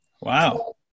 Wow